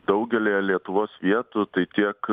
daugelyje lietuvos vietų tai tiek